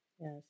Yes